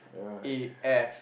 right